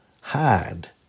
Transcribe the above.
Hide